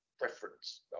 preference